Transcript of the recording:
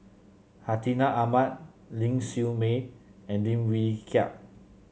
Hartinah Ahmad Ling Siew May and Lim Wee Kiak